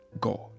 God